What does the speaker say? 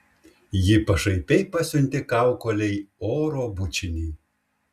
ji pašaipiai pasiuntė kaukolei oro bučinį